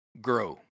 grow